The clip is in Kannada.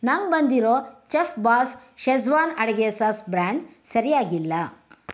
ನಂಗೆ ಬಂದಿರೊ ಚೆಫ್ಬಾಸ್ ಷೆಝ್ವಾನ್ ಅಡುಗೆ ಸಾಸ್ ಬ್ರ್ಯಾಂಡ್ ಸರಿಯಾಗಿಲ್ಲ